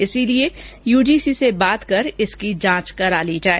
इसलिए यूजीसी से बात कर इसकी जांच करा ली जाये